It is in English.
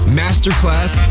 masterclass